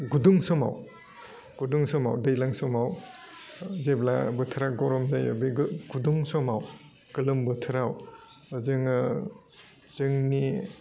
गुदुं समाव गुदुं समाव दैलां समाव जेब्ला बोथोरा गरम जायो बेगो गुदुं समाव गोलोम बोथोराव जोङो जोंनि